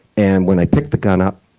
and when i picked the gun up,